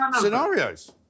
scenarios